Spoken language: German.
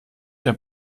der